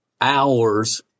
hours